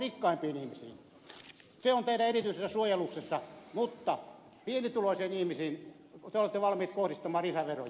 se on teidän erityisessä suojeluksessanne mutta pienituloisiin ihmisiin te olette valmiit kohdistamaan lisäveroja